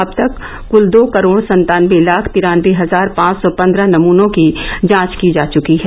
अब तक कुल दो करोड़ सत्तानबे लाख तिरानबे हजार पांच सौ पन्द्रह नमूनों की जांच की जा चुकी है